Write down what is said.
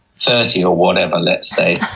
thirty or whatever, let's say,